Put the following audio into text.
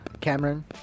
Cameron